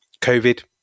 Covid